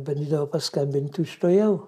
bandydavau paskambint tučtuojau